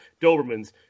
Dobermans